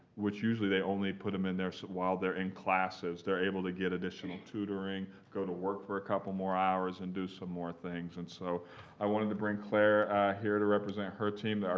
which usually they only put them in there so while they're in classes, they're able to get additional tutoring, go to work for a couple more hours and do some more things. and so i wanted to bring claire here to represent her team.